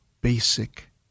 basic